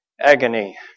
agony